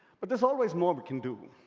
but there's always more we can do.